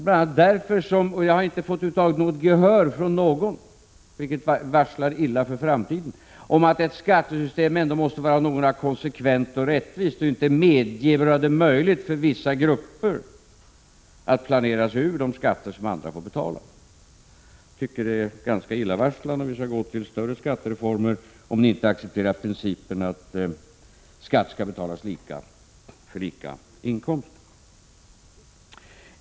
Jag har över huvud taget inte vunnit gehör — och detta är illavarslande för framtiden — på något håll för tanken att ett skattesystem måste vara någorlunda konsekvent och rättvist och inte göra det möjligt för vissa grupper att planera sig ur de skatter som andra får betala. Jag tycker att det är ganska illavarslande att ni om vi skall genomföra större skattereformer inte vill acceptera principen att det skall betalas samma skatt för samma inkomst.